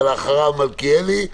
ואחריו מלכיאלי,